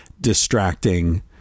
distracting